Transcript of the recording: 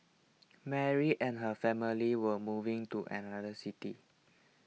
Mary and her family were moving to another city